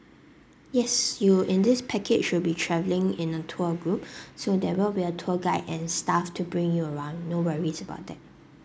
yes you in this package will be travelling in a tour group so there will be a tour guide and staff to bring you around no worries about that